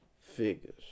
figures